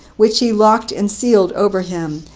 which he locked and sealed over him,